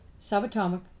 subatomic